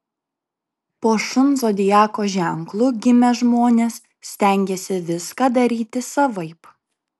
po šuns zodiako ženklu gimę žmonės stengiasi viską daryti savaip